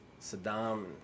Saddam